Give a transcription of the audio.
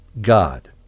God